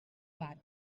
bat